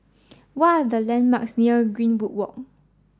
what are the landmarks near Greenwood Walk